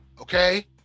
Okay